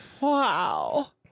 Wow